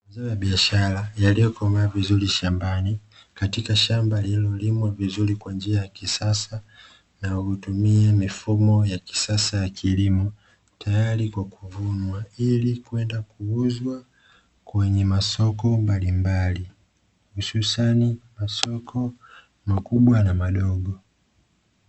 Mazao ya biashara yaliyokomaa vizuri shambani, katika shamba lililolimwa vizuri kwa njia ya kisasa, na hutumia mifumo ya kisasa ya kilimo tayari kwa kuvunwa ili kwenda kuuzwa kwenye masoko mbalimbali hususani masoko makubwa na madogo.